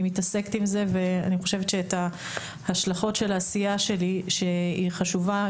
אני מתעסקת עם זה ואני חושבת יש השלכות של העשייה שלי שהיא חשובה.